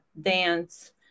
dance